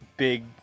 Big